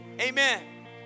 Amen